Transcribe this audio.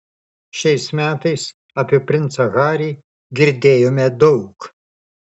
šiais metais apie princą harį girdėjome daug